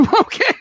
Okay